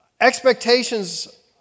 Expectations